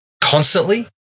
constantly